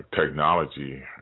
technology